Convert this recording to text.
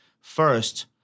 First